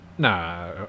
Nah